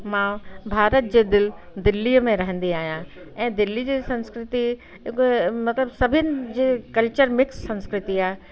मां भारत जे दिलि दिल्लीअ में रहिंदी आहियां ऐं दिल्ली जे संस्कृति हिकु मतिलबु सभिनि जे कल्चर मिक्स संस्कृति आहे